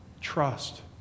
trust